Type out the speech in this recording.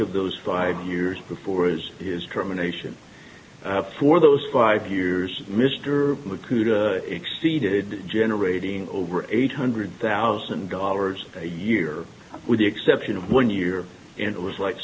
of those five years before his is terminations for those five years mr mchugh the exceeded generating eight hundred thousand dollars a year with the exception of one year and it was like